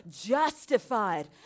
justified